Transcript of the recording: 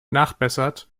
nachbessert